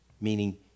meaning